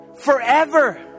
forever